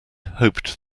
hoped